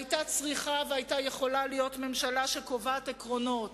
היתה צריכה והיתה יכולה להיות ממשלה שקובעת עקרונות.